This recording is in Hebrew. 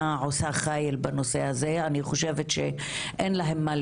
עושה חיל בנושא הזה אני חושבת שאין להם מה לדאוג,